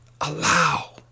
Allow